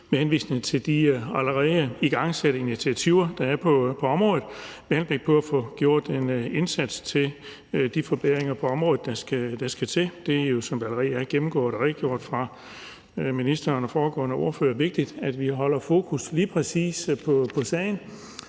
med henvisning til de allerede igangsatte initiativer på området med henblik på at få gjort en indsats for de forbedringer på området, der skal til. Det er jo, som der allerede er blevet gennemgået og redegjort for fra ministerens og foregående ordføreres side, vigtigt, at vi holder fokus på sagen